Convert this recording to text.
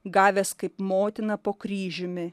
gavęs kaip motiną po kryžiumi